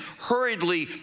hurriedly